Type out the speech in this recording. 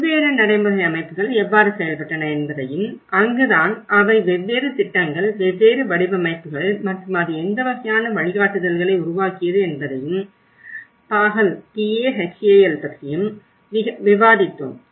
வெவ்வேறு நடைமுறை அமைப்புகள் எவ்வாறு செயல்பட்டன என்பதையும் அங்குதான் அவை வெவ்வேறு திட்டங்கள் வெவ்வேறு வடிவமைப்புகள் மற்றும் அது எந்த வகையான வழிகாட்டுதல்களை உருவாக்கியது என்பதையும் PAHAL பற்றியும் விவாதித்தோம்